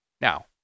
Now